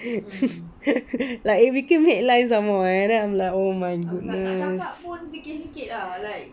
like it became headline some more leh then I'm like oh my goodness